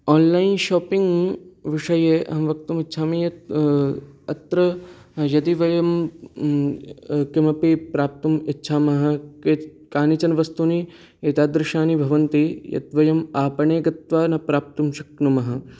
online shopping विषये अहं वक्तुमिच्छामि यत् अत्र यदि वयं किमपि प्राप्तुम् इच्छामः कानिचन वस्तुनि एतादृशानि भवन्ति यत् वयम् आपणे गत्वा न प्राप्तुं शक्नुमः